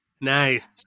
nice